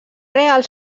real